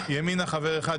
לימינה חבר אחד,